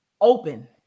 open